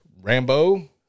Rambo